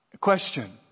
question